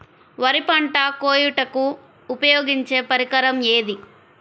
వరి పంట కోయుటకు ఉపయోగించే పరికరం ఏది?